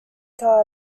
car